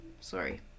Sorry